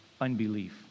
unbelief